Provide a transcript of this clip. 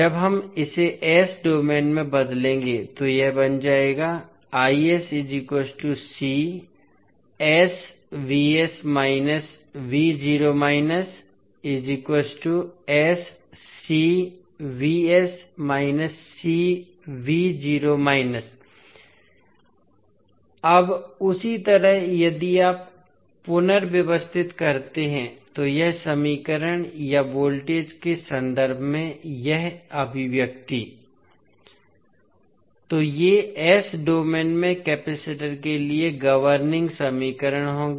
जब हम इसे s डोमेन में बदलेंगे तो यह बन जाएगा अब उसी तरह यदि आप पुनर्व्यवस्थित करते हैं तो यह समीकरण या वोल्टेज के संदर्भ में यह अभिव्यक्ति तो ये दोनों s डोमेन में कैपेसिटर के लिए गवर्निंग समीकरण होंगे